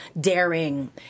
daring